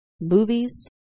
movies